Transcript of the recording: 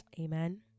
Amen